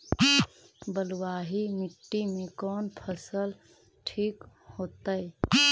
बलुआही मिट्टी में कौन फसल ठिक होतइ?